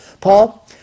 Paul